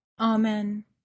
Amen